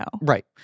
Right